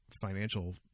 financial